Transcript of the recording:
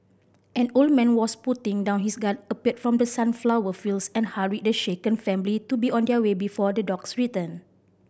an old man was putting down his gun appeared from the sunflower fields and hurried the shaken family to be on their way before the dogs return